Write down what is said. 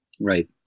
Right